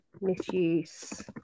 misuse